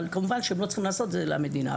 אבל כמובן שהם לא צריכים לעשות את זה, אלא המדינה.